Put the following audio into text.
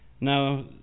Now